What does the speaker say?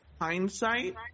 hindsight